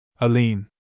Aline